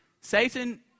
Satan